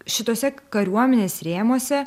šituose kariuomenės rėmuose